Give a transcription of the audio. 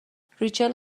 ریچل